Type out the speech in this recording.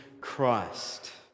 Christ